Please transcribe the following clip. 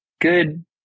good